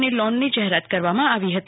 ની લોનની જાહેરાત કરવામાં આવી હતી